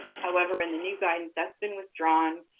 however, in the new guidance, that's been withdrawn,